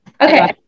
okay